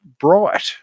Bright